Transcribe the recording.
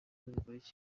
bikurikira